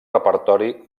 repertori